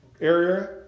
area